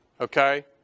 okay